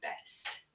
best